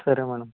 సరే మేడం